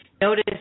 notice